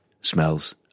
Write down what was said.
smells